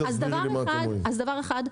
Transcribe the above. דבר ראשון,